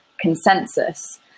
consensus